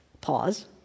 Pause